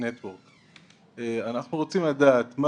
אנחנו רוצים לדעת,